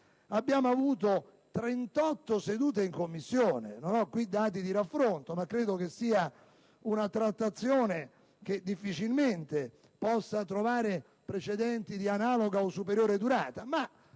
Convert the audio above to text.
abbiamo avuto 38 sedute in Commissione. Non ho qui dati di raffronto, ma credo che sia una trattazione che, difficilmente, possa trovare precedenti di analoga o superiore durata: 38